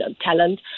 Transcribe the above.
talent